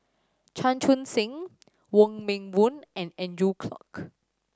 Chan Chun Sing Wong Meng Voon and Andrew Clarke